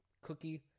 cookie